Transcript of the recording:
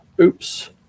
Oops